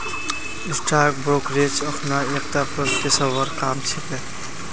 stock brokerage अखना एकता पेशेवर काम छिके